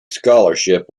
scholarship